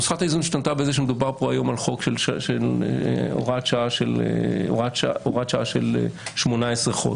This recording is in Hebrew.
נוסחת האיזון השתנתה בכך שמדובר כאן היום על הוראת שעה של 18 חודשים,